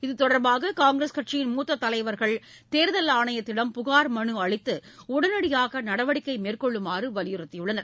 இது தொடர்பாக காங்கிரஸ் கட்சியின் மூத்த தலைவர்கள் தேர்தல் ஆணையத்திடம் தவறான புகார் மனு அளித்து உடனடியாக நடவடிக்கை மேற்கொள்ளுமாறு வலியுறுத்தியுள்ளனர்